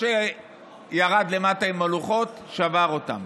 משה ירד למטה עם הלוחות, שבר אותם.